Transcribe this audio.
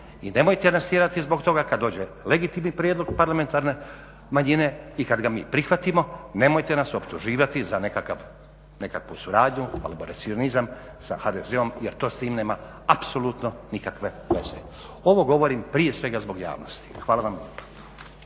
i nemojte nas tjerati kada dođe legitimni prijedlog parlamentarne manjine i kada ga mi prihvatimo nemojte nas optuživati za nekakvu suradnju, …/Govornik se ne razumije./… sa HDZ-om jer to s tim nema apsolutno nikakve veze. Ovo govorim prije svega zbog javnosti. Hvala vam